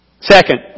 Second